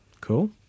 Cool